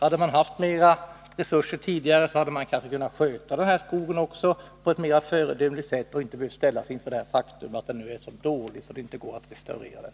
Hade man haft mera resurser tidigare hade man kanske kunnat sköta skogen på ett mera föredömligt sätt och inte behövt ställas inför faktum att den nu är så dålig att det nu inte går att restaurera den.